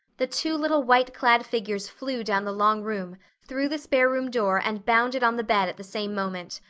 the two little white-clad figures flew down the long room, through the spare-room door, and bounded on the bed at the same moment.